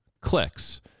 clicks